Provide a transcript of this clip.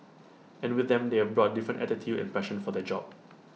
and with them they have brought different attitude and passion for the job